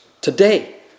today